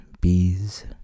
bees